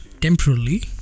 temporarily